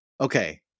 okay